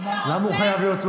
היית רופא?